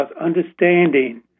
understanding